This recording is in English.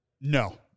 No